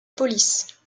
police